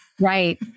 Right